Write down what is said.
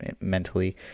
mentally